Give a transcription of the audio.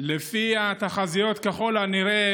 לפי התחזיות ככל הנראה